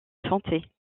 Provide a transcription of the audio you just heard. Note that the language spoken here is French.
santé